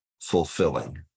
fulfilling